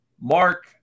Mark